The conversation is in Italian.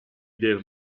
del